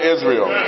Israel